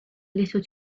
little